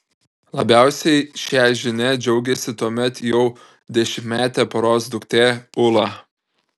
labiausiai šia žinia džiaugėsi tuomet jau dešimtmetė poros duktė ula